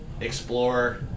Explore